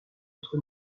être